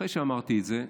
אחרי שאמרתי את זה,